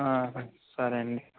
సరే అండి